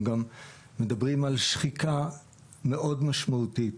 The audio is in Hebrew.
אנחנו גם מדברים על שחיקה מאוד משמעותית.